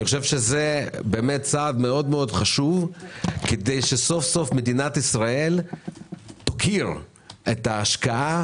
אני חושב שזה צעד מאוד חשוב כדי שסוף-סוף מדינת ישראל תוקיר את ההשקעה